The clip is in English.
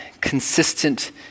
consistent